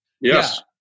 Yes